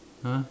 !huh!